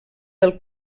del